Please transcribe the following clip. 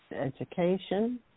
Education